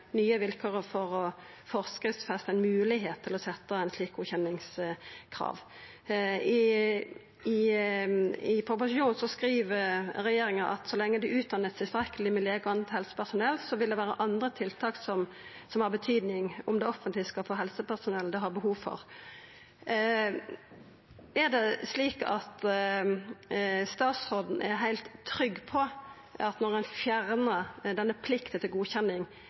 nye vilkåret for å forskriftsfesta ei moglegheit til å setja eit slikt godkjenningskrav. I proposisjonen skriv regjeringa at så lenge det vert utdanna tilstrekkeleg med legar og anna helsepersonell, vil det vera andre tiltak som har betydning for om det offentlege skal få helsepersonellet det har behov for. Er det slik at statsråden er heilt trygg på at når ein fjernar denne plikta til godkjenning,